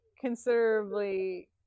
considerably